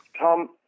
Tom